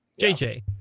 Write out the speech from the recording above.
JJ